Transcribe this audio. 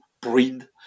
breed